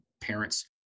parents